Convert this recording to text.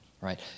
right